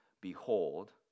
Behold